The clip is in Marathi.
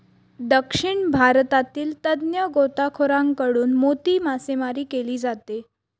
दक्षिण भारतातील तज्ञ गोताखोरांकडून मोती मासेमारी केली जाते